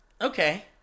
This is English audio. Okay